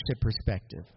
perspective